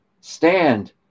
stand